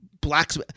blacks